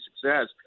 success